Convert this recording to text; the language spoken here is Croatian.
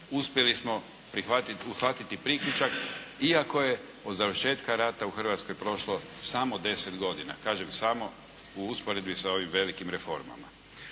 uspjeli smo uhvatiti priključak iako je od završetka rata u Hrvatskoj prošlo samo deset godina. Kažem "samo" u usporedbi sa ovim velikim reformama.